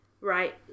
Right